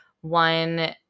one